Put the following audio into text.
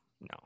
no